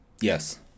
Yes